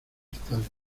estante